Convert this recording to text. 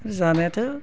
जानायाथ'